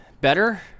better